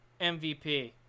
MVP